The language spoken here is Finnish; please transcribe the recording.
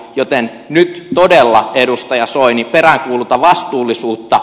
joten nyt todella edustaja soini peräänkuulutan vastuullisuutta